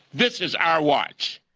this is our watch.